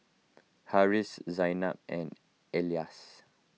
Harris Zaynab and Elyas